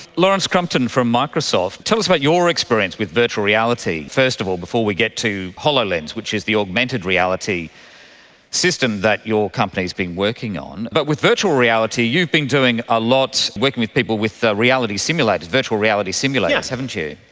lawrence crumpton from microsoft, tell us about your experience with virtual reality first of all, before we get to hololens, which is the augmented reality system that your company has been working on. but with virtual reality you've been doing a lot working with people with virtual reality simulators, virtual reality simulators, haven't you.